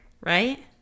Right